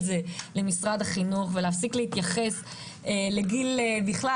זה למשרד החינוך ולהפסיק להתייחס לגיל בכלל,